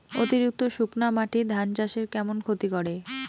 অতিরিক্ত শুকনা মাটি ধান চাষের কেমন ক্ষতি করে?